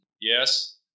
Yes